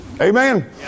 Amen